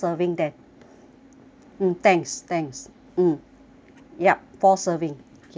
mm thanks thanks mm yup four serving yes